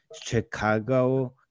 Chicago